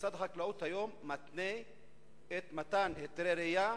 משרד החקלאות היום מתנה את מתן היתרי הרעייה